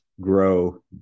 grow